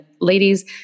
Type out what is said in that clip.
ladies